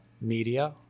media